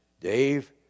Dave